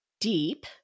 deep